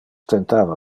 tentava